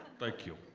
thank you.